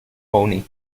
pony